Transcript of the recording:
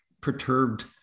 perturbed